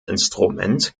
instrument